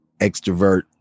extrovert